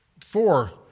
four